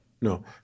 No